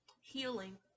healing